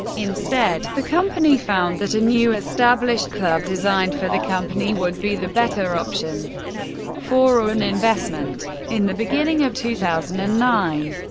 instead, the company found that a new established club, designed for the company, would be the better option for an investment. in the beginning of two thousand and nine,